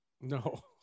No